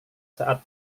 saat